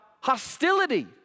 hostility